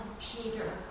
Peter